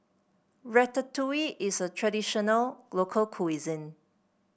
Ratatouille is a traditional local